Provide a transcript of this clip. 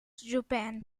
japan